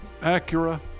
Acura